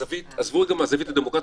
עזבו רגע מהזווית הדמוקרטית,